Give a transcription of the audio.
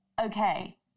okay